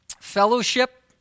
fellowship